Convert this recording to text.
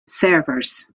servers